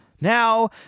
Now